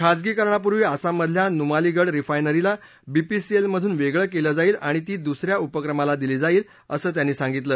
खाजगीकरणापूर्वी आसाममधल्या नुमालीगड रिफायनरीला बीपीसीएलमधून वेगळं केलं जाईल आणि ती दुसऱ्या उपक्रमाला दिली जाईल असं त्यांनी सांगितलं